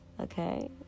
okay